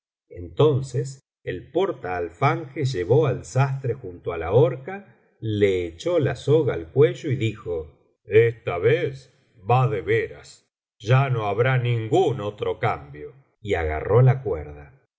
entonces el portaalfanje llevó al sastre junto á la horca le echó la soga al cuello y dijo esta vez va de veras ya no habrá ningún otro cambio y agarró la cuerda